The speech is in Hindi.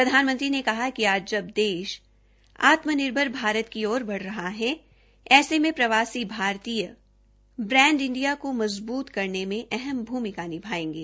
प्रधानमंत्री ने कहा कि आज जब देश आत्मनिर्भर भारत की ओर बढ रहा है ऐसे में प्रवासी भारतीय ब्रैंड इंडिया को मतबूत करने में अहम भूमिका निभायेंगे